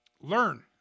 Learn